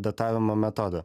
datavimo metodą